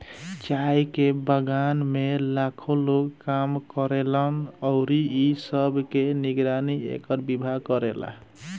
चाय के बगान में लाखो लोग काम करेलन अउरी इ सब के निगरानी एकर विभाग करेला